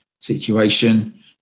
situation